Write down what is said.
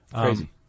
Crazy